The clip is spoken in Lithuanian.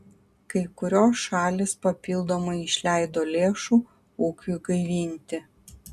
kai kurios šalys papildomai išleido lėšų ūkiui gaivinti